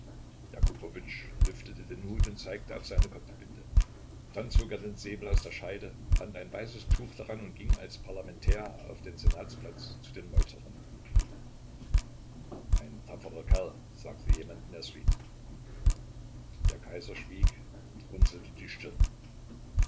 lüftete den hut und zeigte auf seine kopfbinde dann zog er den säbel aus der scheide band ein weißes tuch daran und ging als parlamentär auf den senatsplatz zu den meuterern ein tapferer kerl sagte jemand in der suite der kaiser schwieg und runzelte die stirn